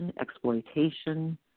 exploitation